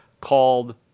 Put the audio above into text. called